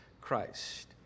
Christ